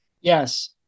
yes